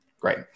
Great